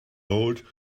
old